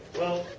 well,